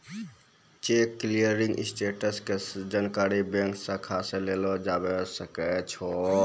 cheque clearing status के जानकारी bank शाखा से लेलो जाबै सकै छै